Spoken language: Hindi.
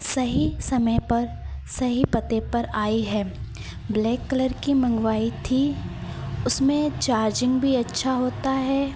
सही समय पर सही पते पर आई है ब्लैक कलर की मँगवाई थी उसमें चार्जिन्ग भी अच्छी होती है